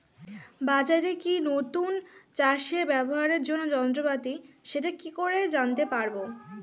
বাজারে কি নতুন চাষে ব্যবহারের জন্য যন্ত্রপাতি সেটা কি করে জানতে পারব?